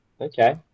okay